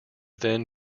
then